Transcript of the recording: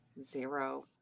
zero